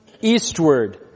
eastward